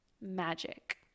Magic